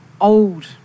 old